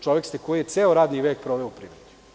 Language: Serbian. Čovek ste koji je ceo radni vek proveo u privredi.